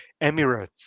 emirates